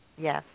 Yes